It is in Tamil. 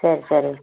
சரி சரி